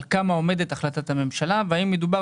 על כמה עומדת החלטת הממשלה והאם מדובר